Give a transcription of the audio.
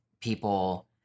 people